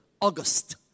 August